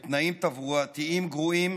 בתנאים תברואתיים גרועים,